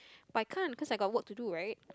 but I can't cause I got work to do right